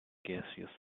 gaseous